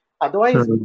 Otherwise